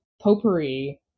Potpourri